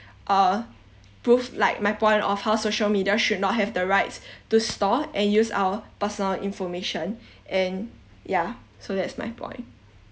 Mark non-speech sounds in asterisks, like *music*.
uh proves like my point of how social media should not have the rights *breath* to store and use our personal information and yeah so that's my point